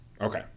Okay